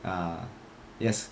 ah yes